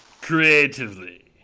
creatively